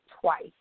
twice